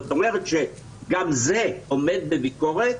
זאת אומרת, גם זה עומד בביקורת,